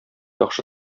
яхшы